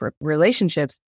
relationships